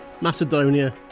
Macedonia